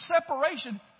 separation